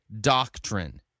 doctrine